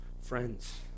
Friends